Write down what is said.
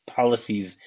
policies